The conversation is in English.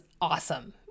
awesome